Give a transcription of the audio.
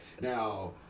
Now